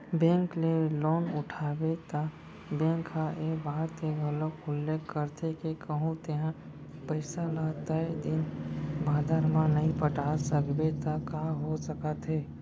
bank ले loan उठाबे त बेंक ह ए बात के घलोक उल्लेख करथे के कहूँ तेंहा पइसा ल तय दिन बादर म नइ पटा सकबे त का हो सकत हे